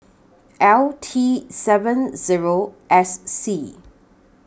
L T seven Zero S C